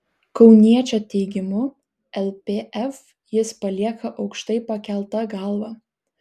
kauniečio teigimu lpf jis palieka aukštai pakelta galva